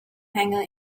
hanger